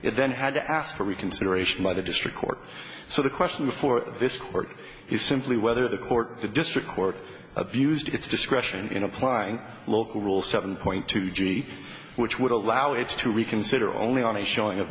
then had to ask for reconsideration by the district court so the question before this court is simply whether the court the district court abused its discretion in applying local rule seven point two g which would allow it to that are only on the showing of